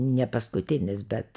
ne paskutinis bet